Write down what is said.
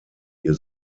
ihr